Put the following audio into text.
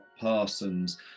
Parsons